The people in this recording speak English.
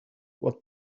what